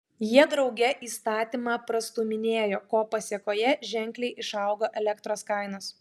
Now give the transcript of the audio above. jie drauge įstatymą prastūminėjo ko pasėkoje ženkliai išaugo elektros kainos